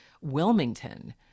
Wilmington